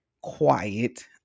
quiet